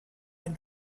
ein